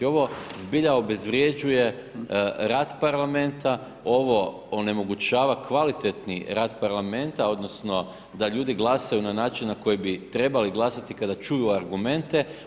Ovo zbilja obezvrjeđuje rad parlamenta, ovo onemogućava kvalitetni rad parlamenta, odnosno, da ljudi glasuju na način na koji bi trebali glasati, kada čuju argumente.